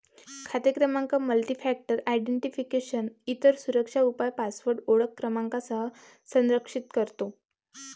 खाते क्रमांक multifactor identification, इतर सुरक्षा उपाय पासवर्ड ओळख क्रमांकासह संरक्षित करतो